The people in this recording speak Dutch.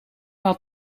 had